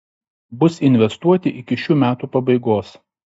bus investuoti iki šių metų pabaigos